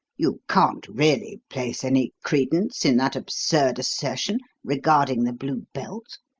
you can't really place any credence in that absurd assertion regarding the blue belt?